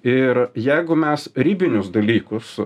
ir jeigu mes ribinius dalykus